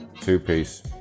two-piece